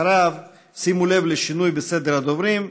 שימו לב לשינוי בסדר הדוברים: